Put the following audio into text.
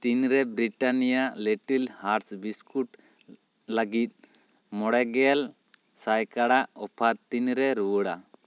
ᱛᱤᱱᱨᱮ Britannia little hearts biscuit ᱞᱟᱹᱜᱤᱫ ᱢᱚᱬᱮ ᱜᱮᱞ ᱥᱟᱭᱠᱟᱲᱟ ᱚᱯᱷᱟᱨ ᱛᱤᱱᱨᱮ ᱨᱩᱭᱟᱹᱲᱟ